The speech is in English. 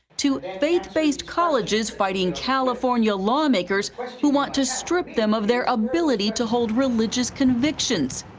to faith-based colleges fighting california lawmakers who want to strip them of their ability to hold religious convictions.